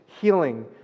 healing